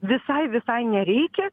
visai visai nereikia